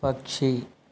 పక్షి